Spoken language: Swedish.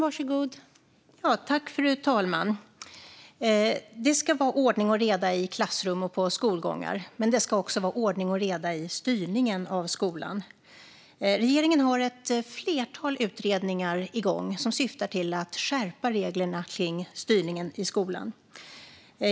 Fru talman! Det ska vara ordning och reda i klassrum och skolgång, men det ska också vara ordning och reda i styrningen av skolan. Regeringen har ett flertal utredningar igång som syftar till att skärpa reglerna kring styrningen i skolan.